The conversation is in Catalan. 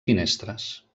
finestres